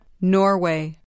Norway